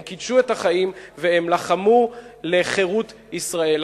הם קידשו את החיים והם לחמו על חירות ישראל.